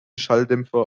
schalldämpfer